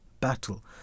battle